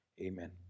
Amen